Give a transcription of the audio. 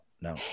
no